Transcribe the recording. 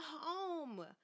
home